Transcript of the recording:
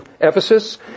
Ephesus